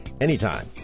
anytime